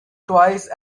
twice